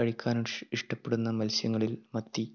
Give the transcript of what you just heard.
കഴിക്കാൻ ഇഷ്ടപെടുന്ന മത്സ്യങ്ങളിൽ മത്തി